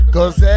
Cause